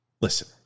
Listen